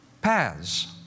paths